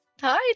Hi